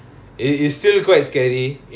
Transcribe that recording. orh